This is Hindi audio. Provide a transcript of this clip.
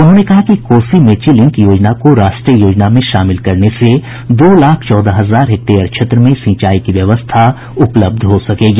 उन्होंने कहा कि कोसी मेची लिंक योजना को राष्ट्रीय योजना में शामिल करने से दो लाख चौदह हजार हेक्टेयर क्षेत्र में सिंचाई की व्यवस्था उपलब्ध हो सकेगी